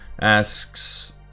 asks